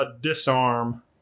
Disarm